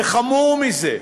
וחמור זה,